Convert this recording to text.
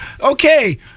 Okay